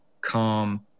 calm